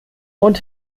und